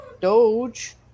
Doge